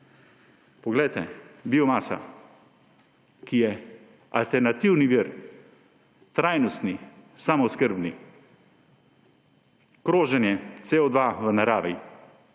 Poglejte, biomasa, ki je alternativni vir, trajnostni, samooskrbni, kroženje CO2 v naravi.